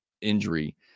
injury